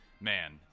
man